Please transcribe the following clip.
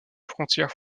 frontière